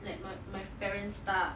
like my my parents tak